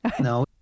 No